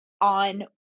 on